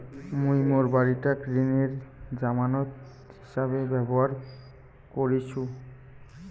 মুই মোর বাড়িটাক ঋণের জামানত হিছাবে ব্যবহার করিসু